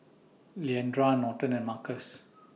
Leandra Norton and Markus